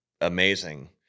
amazing